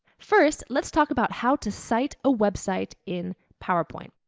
first, let's talk about how to cite a website in powerpoint.